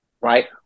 right